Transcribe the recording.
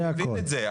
אני מבין את זה,